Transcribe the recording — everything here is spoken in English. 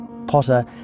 Potter